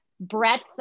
breadth